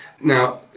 Now